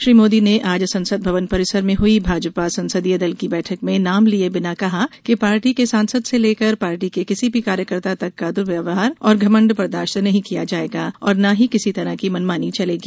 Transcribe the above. श्री मोदी ने आज संसद भवन परिसर में हुई भाजपा संसदीय दल की बैठक में नाम लिये बिना कहा कि पार्टी के सांसद से लेकर पार्टी के किसी भी कार्यकर्ता तक का दुर्व्यवहार और घमण्ड बर्दाश्त नहीं किया जायेगा और न ही किसी की मनमानी चलेगी